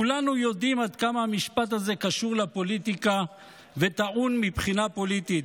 כולנו יודעים עד כמה המשפט הזה קשור לפוליטיקה וטעון מבחינה פוליטית,